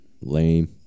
Lame